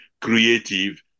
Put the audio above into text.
creative